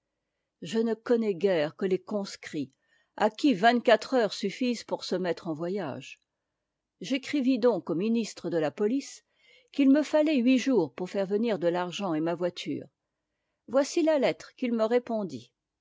je ne connais guère que les conscrits à qui vingt-quatre heures suffisent pour se mettre en voyage j'écrivis donc au ministre de la police qu'it me fallait huit jours pour faire venir de l'argent et ma voiture voici la lettre qu'il me répondit